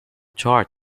chart